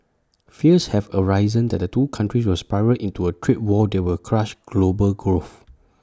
fears have arisen that the two countries will spiral into A trade war that will crush global growth